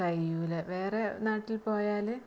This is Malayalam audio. കഴിയില്ല വേറെ നാട്ടിൽ പോയാൽ